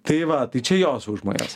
tai va tai čia jos užmojas